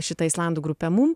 šita islandų grupe mums